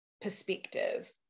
perspective